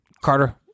Carter